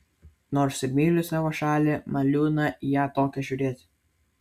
nors ir myliu savo šalį man liūdna į ją tokią žiūrėti